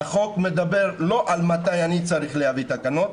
החוק מדבר לא על מתי אני צריך להביא תקנות.